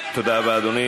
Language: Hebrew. תודה רבה,